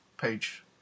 page